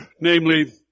namely